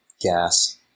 gas